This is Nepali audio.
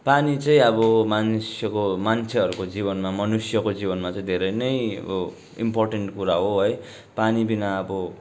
पानी चाहिँ अब मानिसको मान्छेहरूको जीवनमा मनुष्यको जीवनमा चाहिँ धेरै नै इम्पोर्टेन्ट कुरा हो है पानीबिना अब